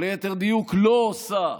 או ליתר דיוק לא עושה: